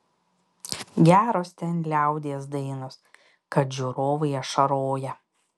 geros ten liaudies dainos kad žiūrovai ašaroja